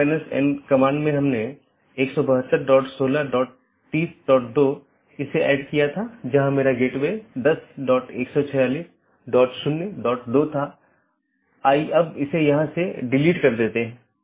यदि इस संबंध को बनाने के दौरान AS में बड़ी संख्या में स्पीकर हैं और यदि यह गतिशील है तो इन कनेक्शनों को बनाना और तोड़ना एक बड़ी चुनौती है